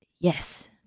Yes